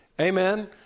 Amen